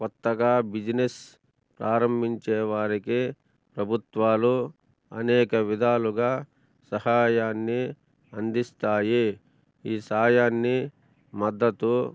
కొత్తగా బిజినెస్ ప్రారంభించే వారికి ప్రభుత్వాలు అనేక విధాలుగా సహాయాన్ని అందిస్తాయి ఈ సాయాన్ని మద్దతు